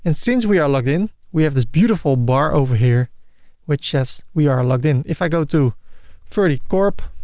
and since we are logged in, we have this beautiful bar over here which says we are logged in. if i go to ferdykorp